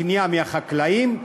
הקנייה מהחקלאים,